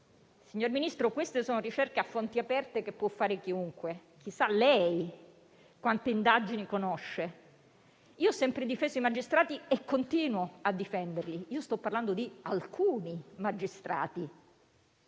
Signor Ministro, queste sono ricerche a fonti aperte che può fare chiunque; chissà lei quanto indagini conosce. Io ho sempre difeso i magistrati e continuo a difenderli; sto parlando di alcuni magistrati.